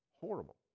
horrible